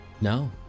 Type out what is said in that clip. no